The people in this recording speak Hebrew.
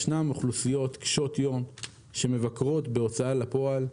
ישנן אוכלוסיות קשות יום שמבקרות בהוצאה לפועל,